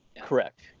Correct